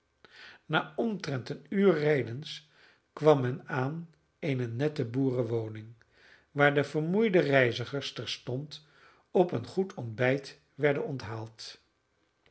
na omtrent een uur rijdens kwam men aan eene nette boerenwoning waar de vermoeide reizigers terstond op een goed ontbijt werden onthaald